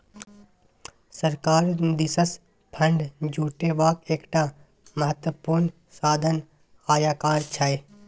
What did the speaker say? सरकार दिससँ फंड जुटेबाक एकटा महत्वपूर्ण साधन आयकर छै